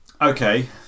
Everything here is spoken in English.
Okay